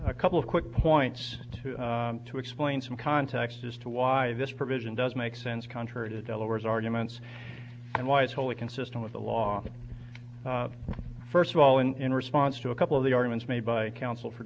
a couple of quick points to explain some context as to why this provision does make sense contrary to delaware's arguments and why is wholly consistent with the law first of all in response to a couple of the arguments made by counsel for